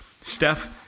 Steph –